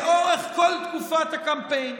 לאורך כל תקופת הקמפיין.